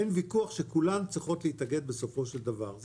אין ויכוח שכולן צריכות להתאגד בסופו של דבר.